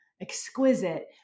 exquisite